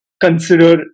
consider